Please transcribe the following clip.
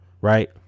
Right